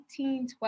1812